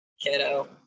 kiddo